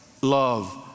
Love